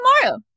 tomorrow